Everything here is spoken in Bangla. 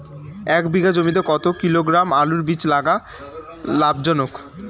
এক বিঘা জমিতে কতো কিলোগ্রাম আলুর বীজ লাগা লাভজনক?